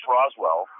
Roswell